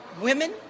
women